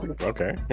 Okay